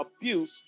abuse